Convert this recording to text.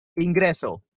ingreso